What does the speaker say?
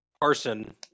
Carson